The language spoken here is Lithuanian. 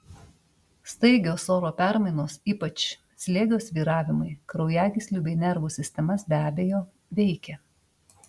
staigios oro permainos ypač slėgio svyravimai kraujagyslių bei nervų sistemas be abejo veikia